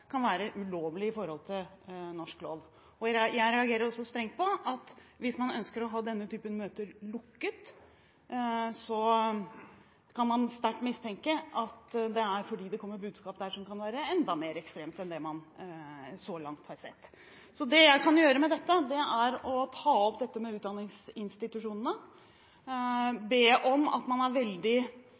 kan være ulovlig i forhold til norsk lov. Jeg reagerer også strengt på at man ønsker å ha denne typen møter lukket, for da kan man sterkt mistenke at det er fordi det kommer budskap der som kan være enda mer ekstreme enn det man så langt har sett. Så det jeg kan gjøre med dette, er å ta opp dette med utdanningsinstitusjonene, be om at man er veldig